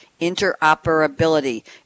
interoperability